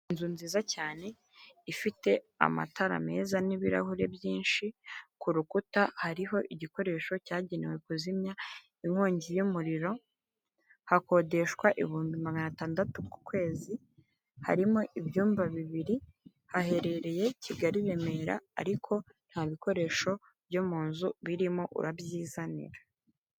Inzu nziza cyane! Ifite amatara meza n'ibirahure byinshi, ku rukuta hariho igikoresho cyagenewe kuzimya inkongi y'umuriro, hakodeshwa ibihumbi magan’atandatu ku kwezi. Harimo ibyumba bibiri, haherereye kigali, Remera, ariko nta bikoresho byo mu nzu birimo! urabyizanira.